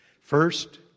First